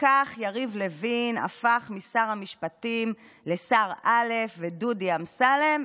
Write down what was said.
וכך יריב לוין הפך משר המשפטים לשר א' ודודי אמסלם,